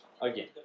Again